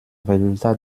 résultats